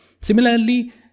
similarly